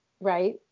right